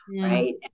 right